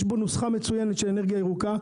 יש בו נוסחה מצוינת של אנרגיה ירוקה,